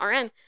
RN